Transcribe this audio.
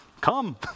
Come